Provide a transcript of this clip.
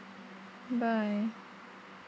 bye